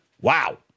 wow